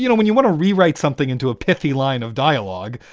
you know when you want to rewrite something into a pithy line of dialogue,